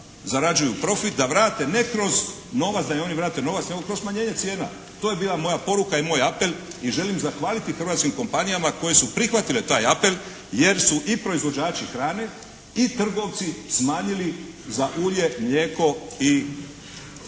da vrate, ne kroz novac, da im oni vrate novac nego kroz smanjenje cijena. To je bila moja poruka i moj apel. I želim zahvaliti hrvatskim kompanijama koje su prihvatile taj apel, jer su i proizvođači hrane i trgovci smanjili za ulje, mlijeko i